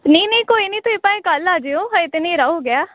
ਨਹੀਂ ਨਹੀਂ ਕੋਈ ਨਹੀਂ ਤੁਸੀਂ ਭਾਵੇਂ ਕੱਲ ਆ ਜਿਓ ਅਜੇ ਤਾਂ ਹਨੇਰਾ ਹੋ ਗਿਆ